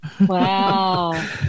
Wow